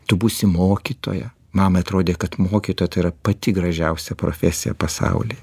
tu būsi mokytoja mamai atrodė kad mokytoja tai yra pati gražiausia profesija pasauly